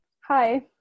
Hi